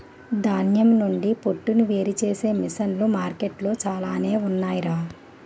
ధాన్యం నుండి పొట్టును వేరుచేసే మిసన్లు మార్కెట్లో చాలానే ఉన్నాయ్ రా